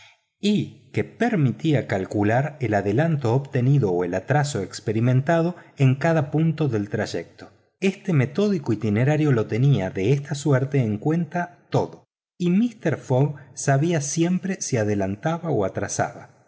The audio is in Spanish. y que permitía calcular el adelanto obtenido o el retraso experimentado en cada punto del trayecto este método itinerario lo tenía de esta suerte en cuenta todo y mister fogg sabía siempre si adelantaba o atrasaba